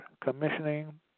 commissioning